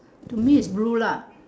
to me it's blue lah